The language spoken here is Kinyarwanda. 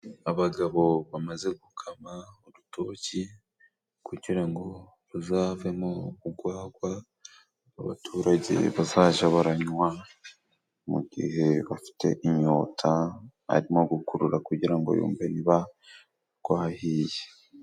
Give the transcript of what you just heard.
Abagabo bamaze gukama urutoki kugira ngo ruzavemo ugwagwa, abaturage bazaja baranywa mu gihe bafite inyota arimo gukurura kugira ngo yumve niba rwahiye.